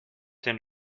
den